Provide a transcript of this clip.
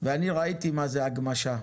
ואני ראיתי מה זה הגמשה,